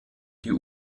die